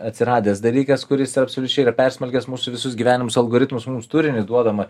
atsiradęs dalykas kuris yra absoliučiai yra persmelkęs mūsų visus gyvenimus algoritmus mums turinį duodamą